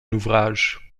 ouvrage